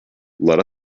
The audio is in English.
let